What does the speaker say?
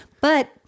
But-